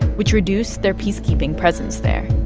which reduced their peacekeeping presence there